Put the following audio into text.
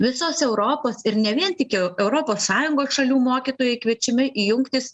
visos europos ir ne vien tik europos sąjungos šalių mokytojai kviečiami jungtis